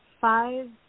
five